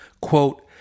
quote